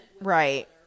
right